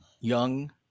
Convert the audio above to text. Young